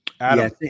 Adam